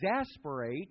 exasperate